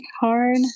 hard